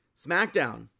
SmackDown